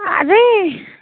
अझै